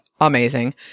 amazing